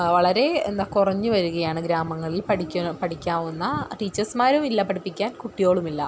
വളരെ എന്താ കുറഞ്ഞുവരികയാണ് ഗ്രാമങ്ങളിൽ പഠിക്കാൻ പഠിക്കവുന്ന ടീച്ചേഴ്സുമാരുമില്ല പഠിപ്പിക്കാൻ കുട്ട്യോളുമില്ല